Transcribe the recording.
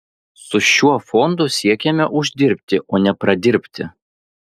su šiuo fondu siekiame uždirbti o ne pradirbti